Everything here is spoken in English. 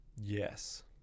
Yes